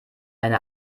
eine